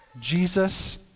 Jesus